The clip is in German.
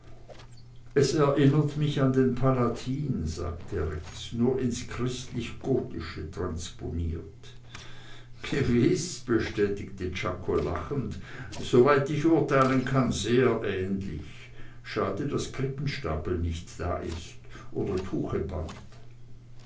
es erinnert mich an den palatin sagte rex nur ins christlich gotische transponiert gewiß bestätigte czako lachend soweit ich urteilen kann sehr ähnlich schade daß krippenstapel nicht da ist oder